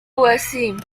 وسيم